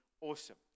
Awesome